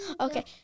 Okay